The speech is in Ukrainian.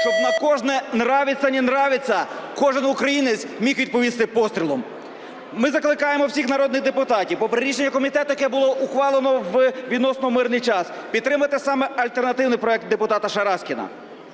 щоб на кожне "нравится не нравится" кожен українець міг відповісти пострілом. Ми закликаємо всіх народних депутатів, попри рішення комітету, яке було ухвалено у відносно мирний час, підтримати саме альтернативний проект депутата Шараськіна.